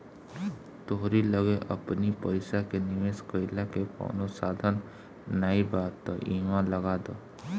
तोहरी लगे अपनी पईसा के निवेश कईला के कवनो साधन नाइ बा तअ इहवा लगा दअ